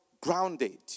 grounded